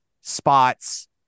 spots